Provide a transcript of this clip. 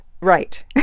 Right